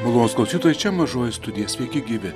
malonūs klausytojai čia mažoji studija sveiki gyvi